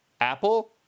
Apple